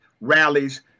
rallies